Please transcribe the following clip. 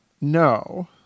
No